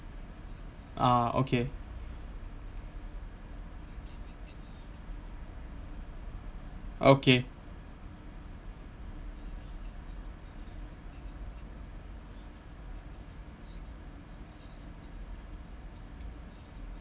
ah okay okay